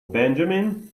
benjamin